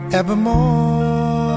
evermore